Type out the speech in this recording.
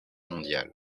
mondiale